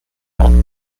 multiple